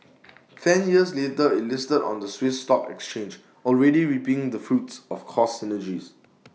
ten years later IT listed on the Swiss stock exchange already reaping the fruits of cost synergies